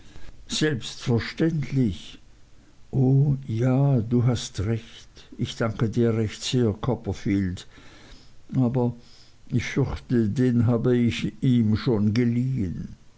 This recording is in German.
selbstverständlich o ja du hast recht ich danke dir recht sehr copperfield aber ich fürchte den habe ich ihm schon geliehen